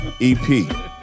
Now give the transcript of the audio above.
EP